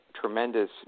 tremendous